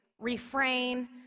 refrain